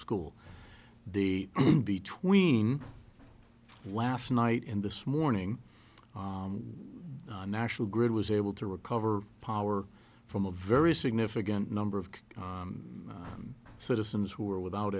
school the between last night and this morning national grid was able to recover power from a very significant number of citizens who were without